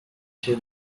she